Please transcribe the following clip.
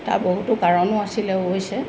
তাৰ বহুতো কাৰণো আছিলে অৱশ্য়ে